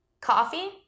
coffee